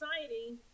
society